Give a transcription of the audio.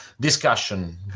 discussion